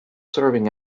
serving